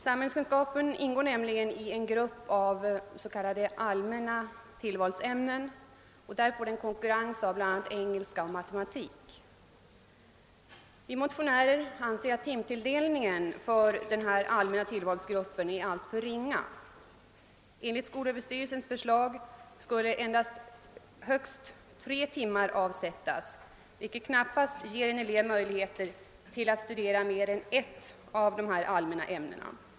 Samhällskunskapen ingår nämligen i en grupp av allmänna tillvalsämnen, där ämnet samhällskunskap får konkurrens av bl.a. engelska och matematik. Vi motionärer anser att timtilldelningen för denna allmänna tillvalsgrupp är alltför ringa. Enligt skolöverstyrel sens förslag skall högst tre veckotimmar avsättas härför, vilket knappast ger en elev möjligheter att studera mer än ett s.k. allmänt ämne.